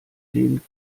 den